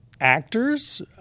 actors